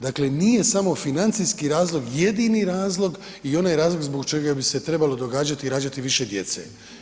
Dakle, nije samo financijski razlog jedini razlog i onaj razlog zbog čega bi se trebalo događati i rađati više djece.